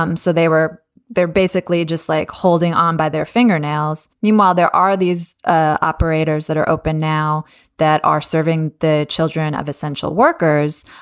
um so they were there basically just like holding on by their fingernails. meanwhile, there are these ah operators that are open now that are serving the children of essential workers.